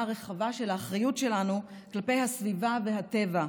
הרחבה של האחריות שלנו כלפי הסביבה והטבע,